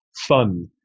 fun